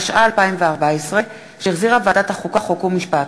התשע"ה 2014, שהחזירה ועדת החוקה, חוק ומשפט,